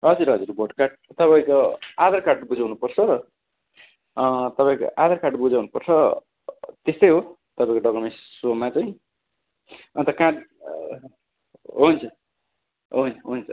हजुर हजुर vote card तपाईँको आधार कार्ड बुझाउनु पर्छ तपाईँको आधार कार्ड बुझाउनु पर्छ त्यस्तै हो तपाईँको डकुमेन्ट्स सोमा चाहिँ अन्त काँ हुन्छ हुन्छ हुन्छ